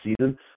season